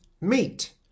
meat